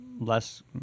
less